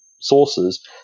sources